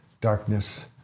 darkness